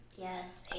Yes